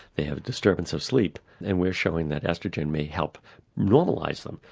they have disturbance of sleep, and we're showing that oestrogen may help normalise them.